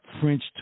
French